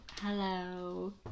hello